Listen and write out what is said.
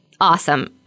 awesome